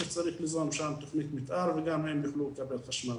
שצריך ליזום שם תכנית מתאר וגם הם יוכלו לקבל חשמל.